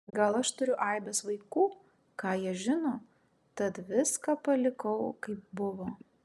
gal aš turiu aibes vaikų ką jie žino tad viską palikau kaip buvo